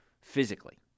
physically